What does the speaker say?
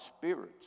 spirits